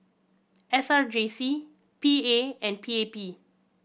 S R J C P A and P A P